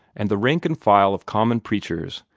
and the rank and file of common preachers,